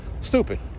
stupid